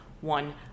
one